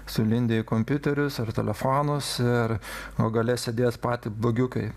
sulindę į kompiuterius ar telefonus ir o gale sėdės paty blogiukai